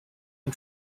and